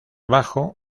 bajo